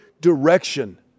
direction